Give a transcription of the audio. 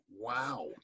Wow